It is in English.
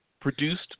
produced